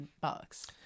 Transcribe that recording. bucks